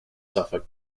suffolk